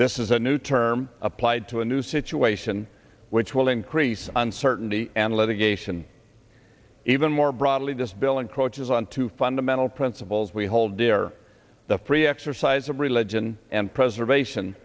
this is a new term applied to a new situation which will increase uncertainty and litigation even more broadly this bill encroaches on two fundamental principles we hold dear the free exercise of religion and preservation